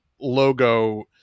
logo